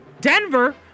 Denver